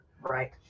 right